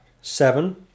seven